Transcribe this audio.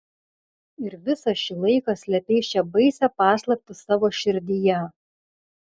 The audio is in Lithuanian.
ir visą šį laiką slėpei šią baisią paslaptį savo širdyje